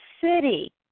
city